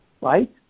right